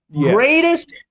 Greatest